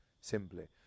simply